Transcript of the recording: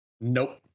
Nope